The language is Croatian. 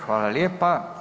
Hvala lijepa.